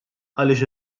għaliex